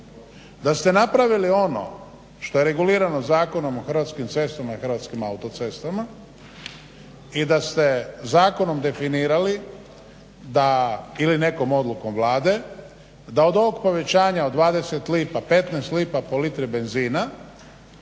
Da ste napravili ono što je regularno Zakonom o Hrvatskim cestama i Hrvatskim autocestama i da ste zakonom definirali da ili nekom odlukom Vlade da od ovog povećanja od 20 lipa, 15 lipa po litri benzina